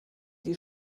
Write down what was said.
die